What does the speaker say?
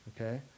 Okay